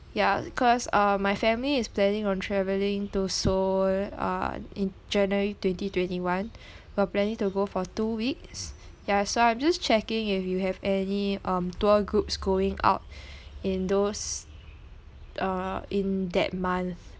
ya because uh my family is planning on travelling to seoul uh in january twenty twenty one we're planning to go for two weeks yeah so I'm just checking if you have any um tour groups going out in those uh in that month